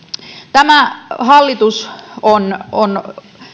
tämä hallitus on on